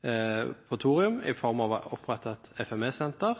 på thorium, i form av å